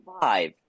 five